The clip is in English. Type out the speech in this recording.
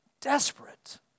desperate